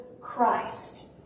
Christ